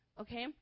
Okay